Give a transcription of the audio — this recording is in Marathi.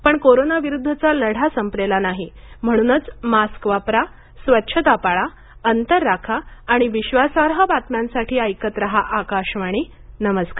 पण कोरोनाविरुद्धचा लढा संपलेला नाही म्हणूनच मास्क वापरा स्वच्छता पाळा अंतर राखा आणि विश्वासार्ह बातम्यांसाठी ऐकत राहा आकाशवाणी नमस्कार